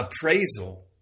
appraisal